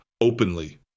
openly